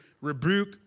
rebuke